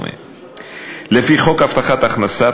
לפי חוק הבטחת הכנסה,